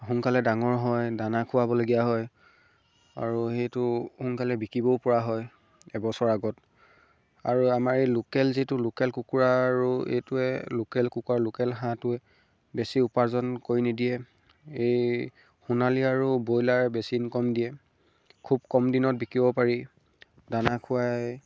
সোনকালে ডাঙৰ হয় দানা খোৱাবলগীয়া হয় আৰু সেইটো সোনকালে বিকিবও পৰা হয় এবছৰ আগত আৰু আমাৰ এই লোকেল যিটো লোকেল কুকুৰা আৰু এইটোৱে লোকেল কুকুৰা লোকেল হাঁহটোৱে বেছি উপাৰ্জন কৰি নিদিয়ে এই সোণালী আৰু ব্ৰইলাৰ বেছি ইনকম দিয়ে খুব কম দিনত বিকিব পাৰি দানা খুৱাই